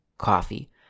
coffee